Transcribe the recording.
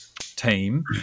team